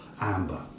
amber